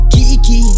Kiki